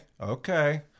okay